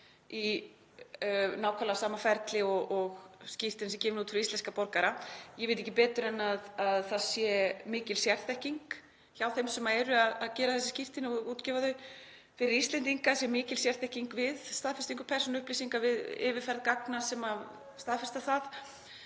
í nákvæmlega sama ferli og skírteini sem gefin eru út fyrir íslenska borgara. Ég veit ekki betur en að það sé mikil sérþekking hjá þeim sem eru að gera þessi skírteini og gefa þau út fyrir Íslendinga, að það sé mikil sérþekking við staðfestingu persónuupplýsinga við yfirferð gagna sem staðfesta það.